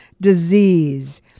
disease